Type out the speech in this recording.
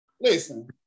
Listen